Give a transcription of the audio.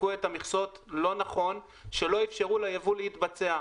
את המכסות לא נכון כך שלא אפשרו לייבוא להתבצע,